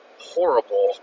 horrible